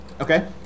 Okay